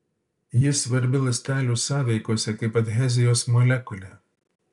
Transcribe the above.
ji svarbi ląstelių sąveikose kaip adhezijos molekulė